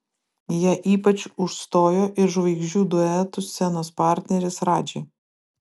ją ypač užstojo ir žvaigždžių duetų scenos partneris radži